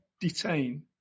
detain